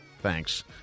Thanks